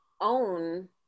own